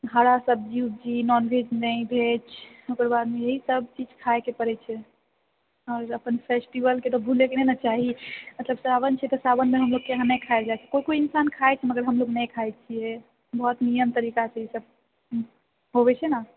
हरा सब्जी उब्जी नॉनवेज नहि वेज ओकर बादमे इएह सब चीज खाएके पड़ैत छै आओर अपन फेस्टिवलके तऽ भुलाएके नहि ने चाही मतलब सावन छै तऽ सावनमे हमलोगके यहाँ नहि खाएल जाइ छै कोइ कोइ इंसान खाइ छै मगर हमलोग नहि खाइ छिऐ बहुत नियम तरीकासँ ई सब चीज होवे छै ने